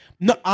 no